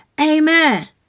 Amen